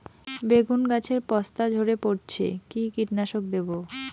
বেগুন গাছের পস্তা ঝরে পড়ছে কি কীটনাশক দেব?